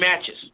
matches